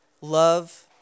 love